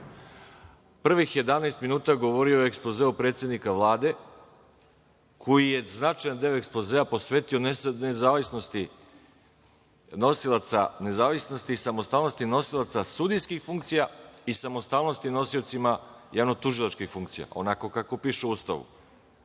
smeta? Prvih 11 minuta je govorio o ekspozeu predsednika Vlade, koji je značajan deo ekspozea posvetio nezavisnosti i samostalnosti nosilaca sudijskih funkcija i samostalnosti nosiocima javno-tužilačkih funkcija, onako kako piše u Ustavu,